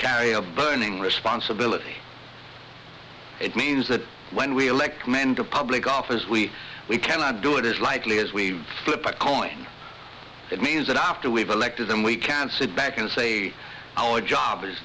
carry a burning responsibility it means that when we elect men to public office we we cannot do it as likely as we flip a coin it means that after we've elected them we can sit back and say our job is